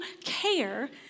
care